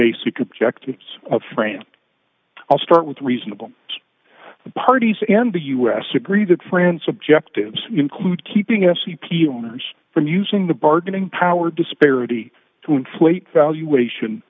basic objectives of france i'll start with reasonable parties and the us agree that france objectives include keeping sep owners from using the bargaining power disparity to inflate valu